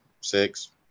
Six